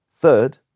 Third